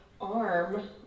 arm